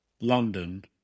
London